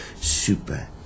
super